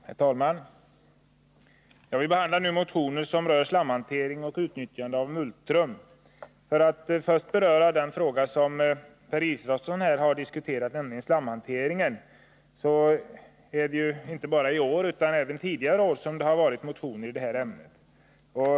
Herr talman! Vi behandlar nu motioner som rör slamhantering och utnyttjande av multrum. För att först beröra den fråga som Per Israelsson här diskuterat, nämligen slamhanteringen, vill jag säga att det inte bara är i år utan även tidigare år som motioner i detta ämne har väckts.